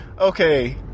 Okay